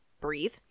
breathe